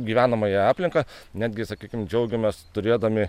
gyvenamąją aplinką netgi sakykim džiaugiamės turėdami